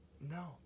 No